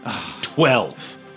Twelve